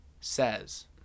says